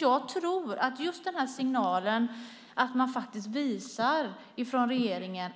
Jag tror att det är en signal att regeringen visar